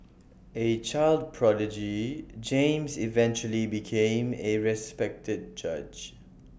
A child prodigy James eventually became A respected judge